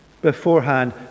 beforehand